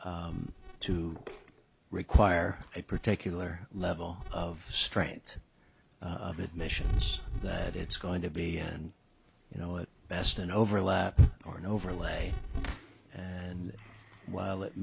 to require a particular level of strength of admissions that it's going to be and you know it best an overlap or an overlay and while it